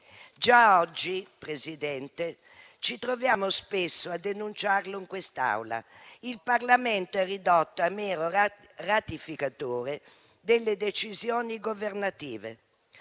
Già oggi, Presidente, ci troviamo spesso a denunciarlo in quest'Aula. Il Parlamento è ridotto a mero ratificatore delle decisioni governative.